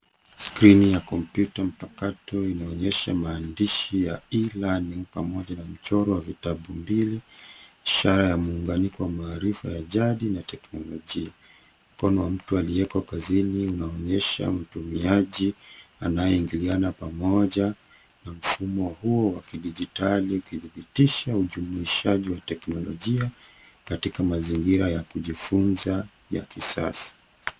Skrini ya kompyuta mpakato inaonyesha maandishi ya e-learning pamoja na mchoro wa vitabu mbili, ishara ya muunganiko wa maarifa ya jadi na teknolojia. Mkono wa mtu aliye kazini unaonyesha mtumiaji anayeingiliana pamoja na mfumo huo wa kidijitali ukidhibitisha ujumuishaji wa teknolojia katika mazingira ya kujifunza ya kisasa.